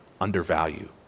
undervalue